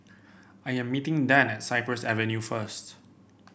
I am meeting Dann at Cypress Avenue first